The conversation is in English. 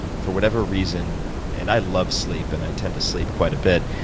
for whatever reason and i love sleep, and i tend to sleep quite a bit,